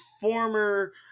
former